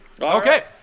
Okay